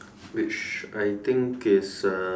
which I think is uh